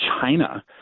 China